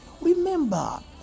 Remember